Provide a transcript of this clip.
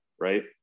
right